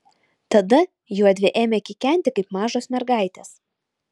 tada juodvi ėmė kikenti kaip mažos mergaitės